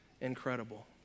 Incredible